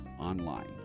online